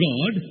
God